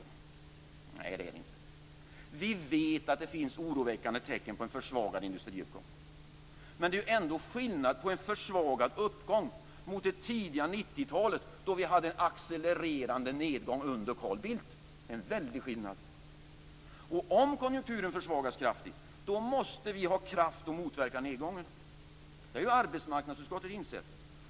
Nej, det är det inte. Vi vet att det finns oroväckande tecken på en försvagad industriuppgång. Men det är ändå skillnad mellan denna försvagade uppgång och det tidiga 90-talet, då vi hade en accelererande nedgång under Carl Bildt. Det är en väldig skillnad. Om konjunkturen försvagas kraftigt, måste vi ha kraft att motverka nedgången. Detta har arbetsmarknadsutskottet insett.